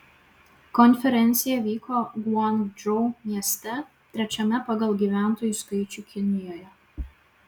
konferencija vyko guangdžou mieste trečiame pagal gyventojų skaičių kinijoje